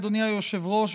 אדוני היושב-ראש,